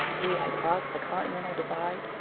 we had crossed the continental divide,